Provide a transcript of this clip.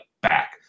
back